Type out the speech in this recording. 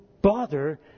bother